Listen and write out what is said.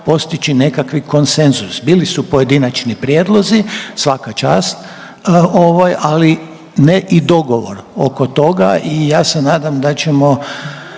postići nekakvi konsenzus. Bili su pojedinačni prijedlozi, svaka čast ali ne i dogovorom oko toga. I ja se nadam da ćemo